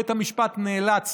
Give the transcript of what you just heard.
בית המשפט נאלץ